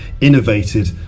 innovated